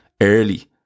early